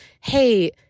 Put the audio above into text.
hey